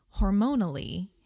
hormonally